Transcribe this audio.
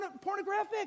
pornographic